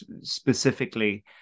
specifically